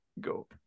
go